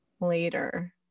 later